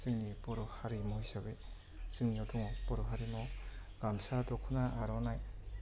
जोंनि बर' हारिमु हिसाबै जोंनाव दङ बर' हारिमुआव गामसा दखना आरनाइ